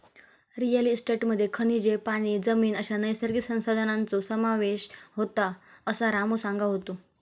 real इस्टेटमध्ये खनिजे, पाणी, जमीन अश्या नैसर्गिक संसाधनांचो समावेश होता, असा रामू सांगा होतो